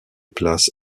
place